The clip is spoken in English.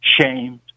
shamed